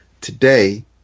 today